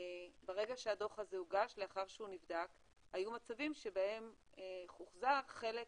ברגע שהדוח הזה הוגש לאחר שהוא נבדק היו מצבים שבהם הוחזר חלק